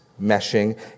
meshing